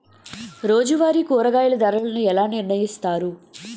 రోజువారి కూరగాయల ధరలను ఎలా నిర్ణయిస్తారు?